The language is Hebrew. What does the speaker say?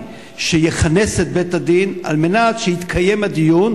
שיכנס את בית-הדין על מנת שיתקיים הדיון,